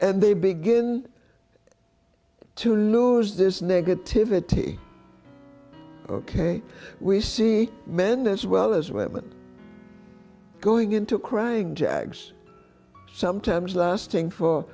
and they begin to lose this negativity ok we see men as well as women going into crying jags sometimes lasting for